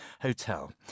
Hotel